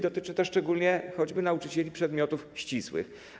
Dotyczy to szczególnie nauczycieli przedmiotów ścisłych.